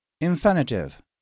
infinitive 、